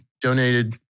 donated